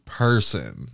person